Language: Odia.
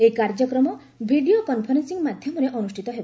ଏହି କାର୍ଯ୍ୟକ୍ରମ ଭିଡ଼ିଓ କନ୍ଫରେନ୍ସିଂ ମାଧ୍ୟମରେ ଅନୁଷ୍ଠିତ ହେବ